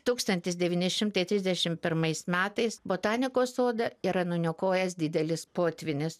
tūkstantis devyni šimtai trisdešimt pirmais metais botanikos sodą ir nuniokojęs didelis potvynis